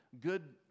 good